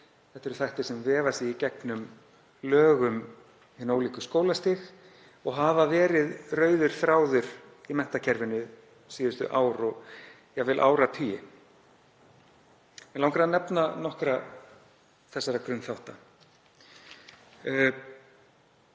Þetta eru þættir sem vefa sig í gegnum lög um hin ólíku skólastig og hafa verið rauður þráður í menntakerfinu síðustu ár og jafnvel áratugi. Mig langar að nefna nokkra þessara grunnþátta.